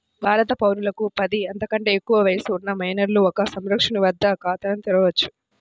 భారత పౌరులకు పది, అంతకంటే ఎక్కువ వయస్సు ఉన్న మైనర్లు ఒక సంరక్షకుని వద్ద ఖాతాను తెరవవచ్చు